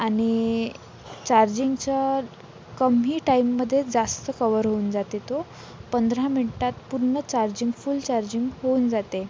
आणि चार्जिंगचा कमी टाइममध्ये जास्त कवर होऊन जाते तो पंधरा मिनटात पूर्ण चार्जिंग फुल चार्जिंग होऊन जाते